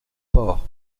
port